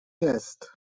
jest